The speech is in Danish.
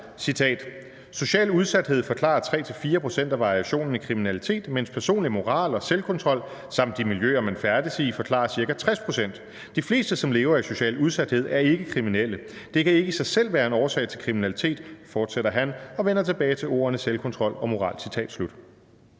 det: »Social udsathed forklarer 3–4 procent af variationen i kriminalitet, mens personlig moral og selvkontrol, samt de miljøer man færdes i forklarer ca. 60 procent. De fleste, som lever i social udsathed er ikke kriminelle. Det kan ikke i sig selv være en årsag til kriminalitet, fortsætter han og vender tilbage til ordene selvkontrol og moral.«